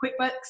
quickbooks